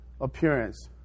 appearance